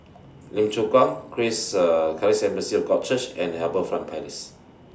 Lim Chu Kang Chris Charis Assembly of God Church and HarbourFront Palace